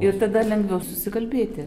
ir tada lengviau susikalbėti